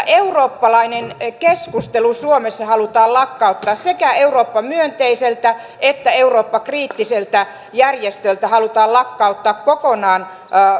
eurooppalainen keskustelu suomessa halutaan lakkauttaa sekä eurooppa myönteiseltä että eurooppa kriittiseltä järjestöltä halutaan lakkauttaa kokonaan